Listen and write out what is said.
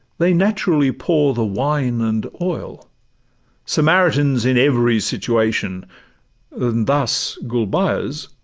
they naturally pour the wine and oil samaritans in every situation and thus gulbeyaz,